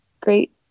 great